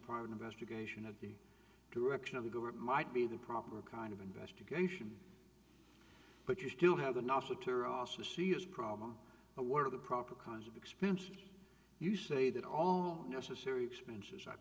private investigation of the direction of the government might be the proper kind of investigation but you still have a serious problem where the proper kinds of expenses you say that all necessary expenses i